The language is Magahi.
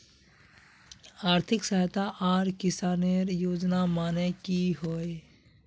आर्थिक सहायता आर किसानेर योजना माने की होय?